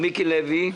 מיקי לוי,